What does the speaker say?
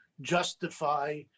justify